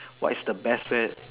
what is the best way